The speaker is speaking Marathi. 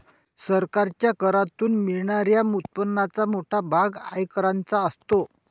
सरकारच्या करातून मिळणाऱ्या उत्पन्नाचा मोठा भाग आयकराचा असतो